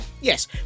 Yes